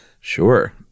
Sure